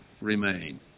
remain